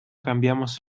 cambiamos